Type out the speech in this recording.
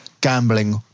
gambling